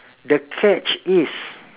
the catch is